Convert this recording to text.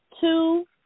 two